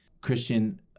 Christian